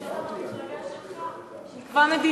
יש לך ראש ממשלה מהמפלגה שלך, שיקבע מדיניות.